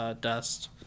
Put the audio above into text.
dust